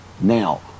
Now